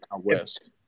West